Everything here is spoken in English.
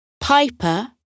Piper